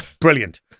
Brilliant